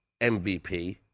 MVP